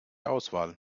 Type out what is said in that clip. auswahl